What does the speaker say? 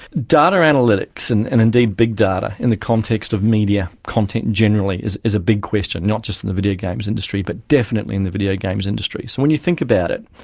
data analytics and and indeed big data in the context of media content generally is a big question, not just in the video games industry but definitely in the video games industry. so when you think about it,